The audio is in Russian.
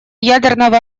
ядерного